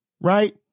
Right